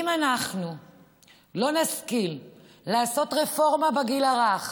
אם אנחנו לא נשכיל לעשות רפורמה בגיל הרך